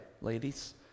ladies